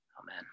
Amen